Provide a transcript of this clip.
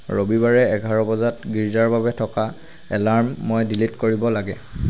ৰবিবাৰে এঘাৰ বজাত গীৰ্জাৰ বাবে থকা এলাৰ্ম মই ডিলিট কৰিব লাগে